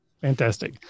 Fantastic